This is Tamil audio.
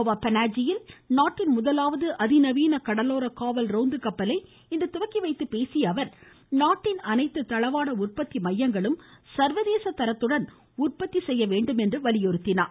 கோவா பனாஜியில் நாட்டின் முதலாவது அதி நவீன கடலோர காவல் ரோந்து கப்பலை இன்று துவக்கிவைத்து பேசிய அவர் நாட்டின் அனைத்து தளவாட உற்பத்தி மையங்களும் சர்வதேச தரத்துடன் உற்பத்தி செய்ய வேண்டும் என்று வலியுறுத்தினார்